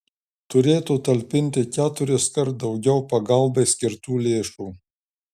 turėtų talpinti keturiskart daugiau pagalbai skirtų lėšų